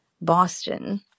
Boston